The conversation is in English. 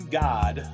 god